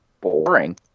boring